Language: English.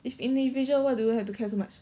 if individual why do you have to care so much